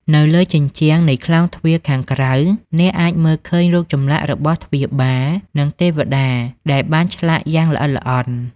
នៅលើជញ្ជាំងនៃក្លោងទ្វារខាងក្រៅ អ្នកអាចមើលឃើញរូបចម្លាក់របស់ទ្វារបាល និងទេវតាដែលបានឆ្លាក់យ៉ាងល្អិតល្អន់។